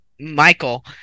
Michael